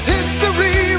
History